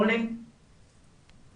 אני